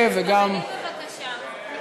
התשע"ה 2015,